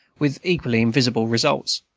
with equally invisible results.